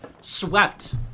swept